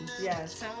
Yes